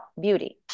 beauty